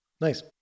Nice